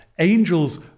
Angels